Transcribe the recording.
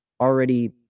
already